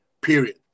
period